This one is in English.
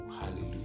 Hallelujah